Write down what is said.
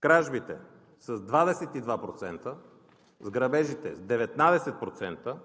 кражбите с 22%, в грабежите с 19%,